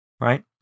right